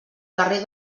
carrer